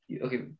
Okay